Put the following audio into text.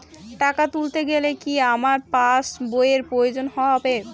টাকা তুলতে গেলে কি আমার পাশ বইয়ের প্রয়োজন হবে?